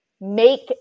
make